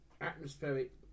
atmospheric